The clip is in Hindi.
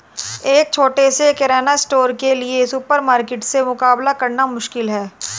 एक छोटे से किराना स्टोर के लिए सुपरमार्केट से मुकाबला करना मुश्किल है